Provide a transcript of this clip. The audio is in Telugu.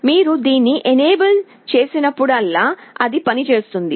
మీరు దీన్ని ఎనేబుల్ చేసినప్పుడల్లా అది పని చేస్తుంది